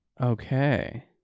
Okay